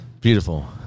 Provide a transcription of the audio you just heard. Beautiful